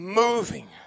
moving